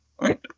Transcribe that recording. right